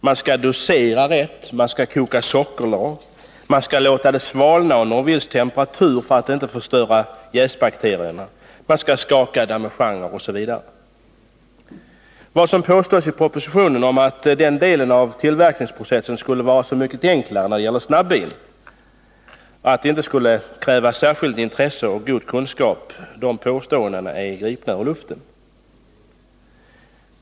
Man skall dosera rätt, koka sockerlag, låta den svalna till en viss temperatur för att inte förstöra jäsbakterierna, skaka damejeanner osv. Påståendena i propositionen om att den delen av tillverkningsprocessen skulle vara så mycket enklare när det gäller snabbvin att det inte skulle krävas särskilt intresse och goda kunskaper för snabbvinstillverkning är gripna ur luften.